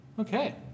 Okay